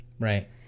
Right